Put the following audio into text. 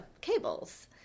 cables